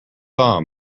saw